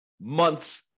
months